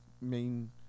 main